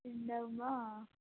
ഉണ്ടാവുമ്പോൾ ആ